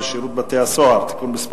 (שירות במשטרה ושירות מוכר) (תיקון מס'